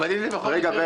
אבל אם תהיה רוויזיה,